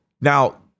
Now